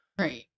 Right